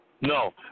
no